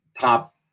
top